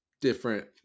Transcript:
different